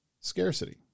scarcity